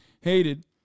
hated